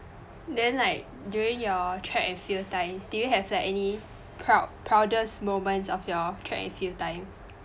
then like during your track and field times do you have like any proud~ proudest moment of your track and field time